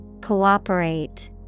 Cooperate